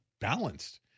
balanced